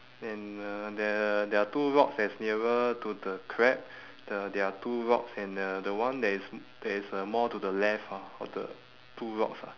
and uh there're there are two rocks that's nearer to the crab the there are two rocks and uh the one that is m~ that is uh more to the left ah of the two rocks ah